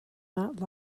not